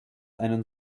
einen